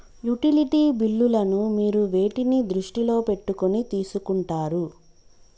Utility బిల్లులను మీరు వేటిని దృష్టిలో పెట్టుకొని తీసుకుంటారు?